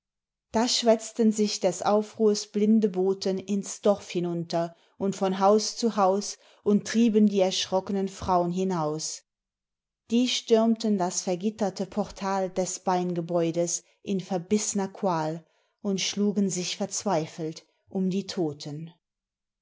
da schwätzten sich des aufruhrs blinde boten ins dorf hinunter und von haus zu haus und trieben die erschrocknen fraun hinaus die stürmten das vergitterte portal des beingebäudes in verbissner qual und schlugen sich verzweifelt um die toten